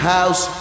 House